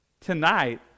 Tonight